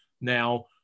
now –